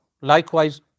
likewise